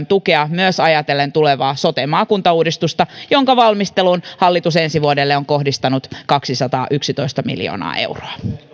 tukea myös ajatellen tulevaa sote maakuntauudistusta jonka valmisteluun hallitus ensi vuodelle on kohdistanut kaksisataayksitoista miljoonaa euroa